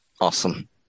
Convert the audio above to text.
Awesome